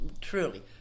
Truly